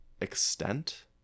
extent